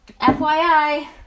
FYI